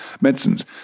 medicines